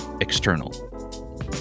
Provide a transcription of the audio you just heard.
external